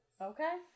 Okay